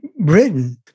Britain